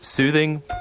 Soothing